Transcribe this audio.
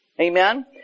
Amen